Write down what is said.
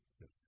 Yes